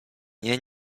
nie